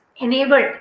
enabled